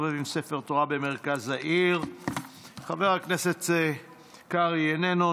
חבר הכנסת קרעי איננו.